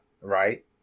right